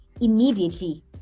immediately